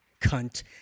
Cunt